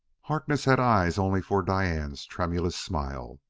harkness had eyes only for diane's tremulous smile.